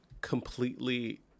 completely